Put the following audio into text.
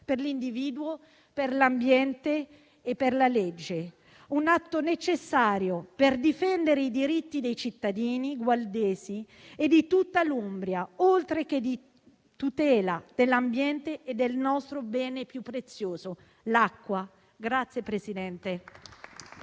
per l'individuo, per l'ambiente e per la legge. È un atto necessario, per difendere i diritti dei cittadini gualdesi e di tutta l'Umbria, oltreché per tutelare l'ambiente e il nostro bene più prezioso: l'acqua.